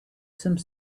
some